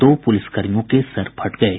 दो पुलिसकर्मियों के सर फट गये